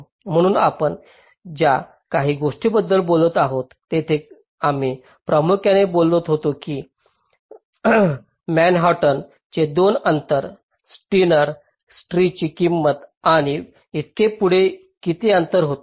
म्हणून आपण ज्या काही गोष्टींबद्दल बोलत आहोत तिथे आम्ही प्रामुख्याने बोलत होतो की मॅनहॅटन चे दोन अंतर स्टीनर ट्रीाची किंमत आणि इतके पुढे किती अंतर होते